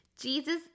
Jesus